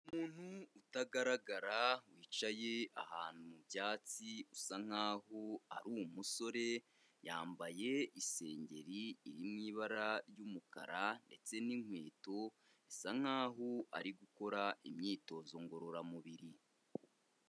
Umuntu utagaragara wicaye ahantu mu byatsi usa nkaho ari umusore, yambaye isengeri iri mu ibara ry'umukara ndetse n'inkweto, bisa nkaho ari gukora imyitozo ngororamubiri.